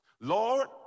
Lord